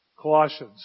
Colossians